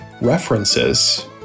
references